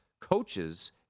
coaches